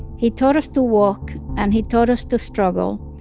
he taught us to walk, and he taught us to struggle.